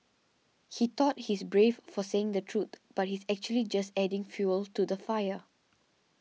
he thought he's brave for saying the truth but he's actually just adding fuel to the fire